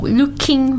looking